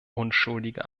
unschuldige